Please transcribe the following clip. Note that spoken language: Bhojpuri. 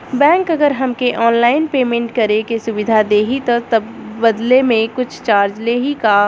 बैंक अगर हमके ऑनलाइन पेयमेंट करे के सुविधा देही त बदले में कुछ चार्जेस लेही का?